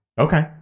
Okay